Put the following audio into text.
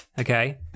okay